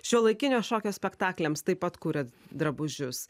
šiuolaikinio šokio spektakliams taip pat kuriat drabužius